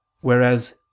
whereas